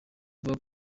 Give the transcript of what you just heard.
avuga